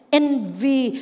envy